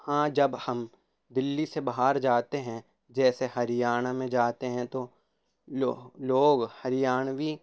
ہاں جب ہم دلی سے باہر جاتے ہیں جیسے ہریانہ میں جاتے ہیں تو لوگ لوگ ہریانوی